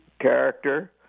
character